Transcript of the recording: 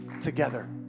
together